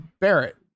barrett